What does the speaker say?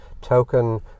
token